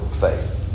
faith